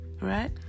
right